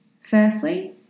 Firstly